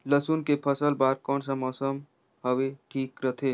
लसुन के फसल बार कोन सा मौसम हवे ठीक रथे?